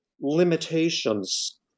limitations